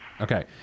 Okay